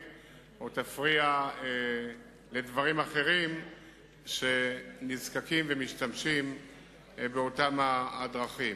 או לדברים אחרים שנזקקים להם ומשמשים באותן הדרכים.